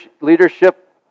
leadership